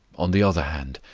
on the other hand,